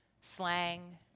slang